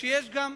שיש גם,